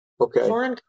okay